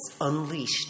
unleashed